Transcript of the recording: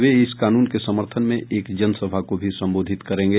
वे इस कानून के समर्थन में एक जनसभा को भी सम्बोधित करेंगे